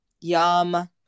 Yum